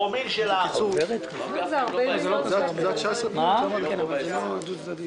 זאת אומרת שזה לא יעבור השנה.